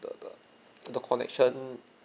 the the the connection